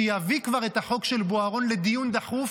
שיביא כבר את החוק של בוארון לדיון דחוף,